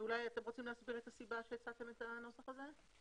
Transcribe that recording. אתם רוצים להסביר את הסיבה שהצעתם את הנוסח הזה?